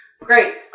Great